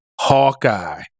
hawkeye